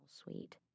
sweet